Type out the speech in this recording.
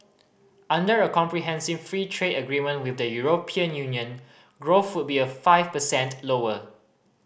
under a comprehensive free trade agreement with the European Union growth would be five percent lower